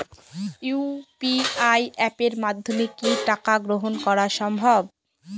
UPI অ্যাপের মাধ্যমে কি টাকা গ্রহণ করাও সম্ভব?